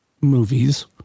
movies